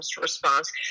response